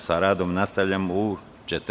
Sa radom nastavljamo u 14,